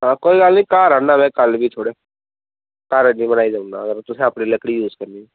कोई गल्ल नीं घार आना में कल फ्ही थोहाड़े घर आह्नियै बनाई देई औड़ना तुसें अपनी लकड़ी देनी